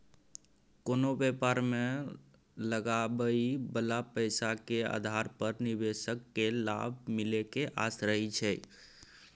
कोनो व्यापार मे लगाबइ बला पैसा के आधार पर निवेशक केँ लाभ मिले के आस रहइ छै